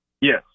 Yes